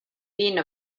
vint